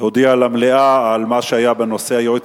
הודיע למליאה על מה שהיה בנושא הייעוץ